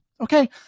okay